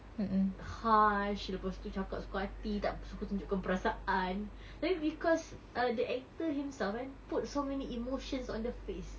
harsh lepas tu cakap suka hati tak suka tunjukkan perasaan tapi because err the actor himself kan put so many emotions on the face